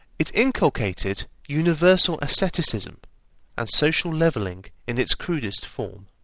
it inculcated universal asceticism and social levelling in its crudest form.